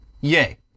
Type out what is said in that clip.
Yay